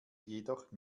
jedoch